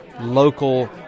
local